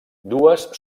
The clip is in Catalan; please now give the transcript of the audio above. dues